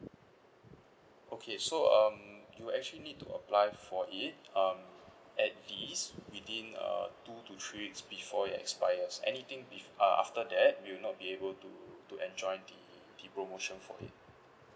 okay so um you will actually need to apply for it um at least within uh two to three weeks before it expires anything bef~ uh after that you will not be able to to enjoy the the promotion for it